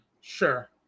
Sure